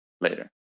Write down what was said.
later